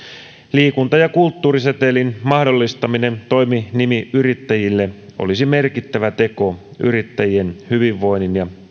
liikunta ja kulttuurisetelin mahdollistaminen toiminimiyrittäjille olisi merkittävä teko yrittäjien hyvinvoinnin ja